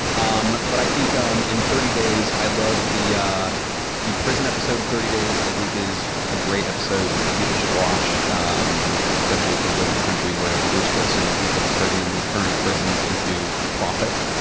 um but i think um in thirty days, i love the yeah the prison episode of thirty days. days. i think it is a great episode. people should watch, um especially as we live in a country where we're still sending people to prison. and we've turned prisons into profit.